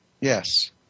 Yes